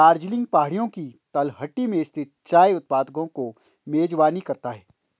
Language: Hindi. दार्जिलिंग पहाड़ियों की तलहटी में स्थित चाय उत्पादकों की मेजबानी करता है